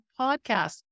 Podcast